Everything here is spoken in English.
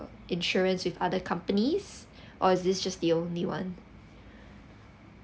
insurance with other companies or is this just the only one